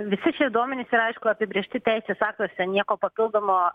visi šie duomenys yra aišku apibrėžti teisės aktuose nieko papildomo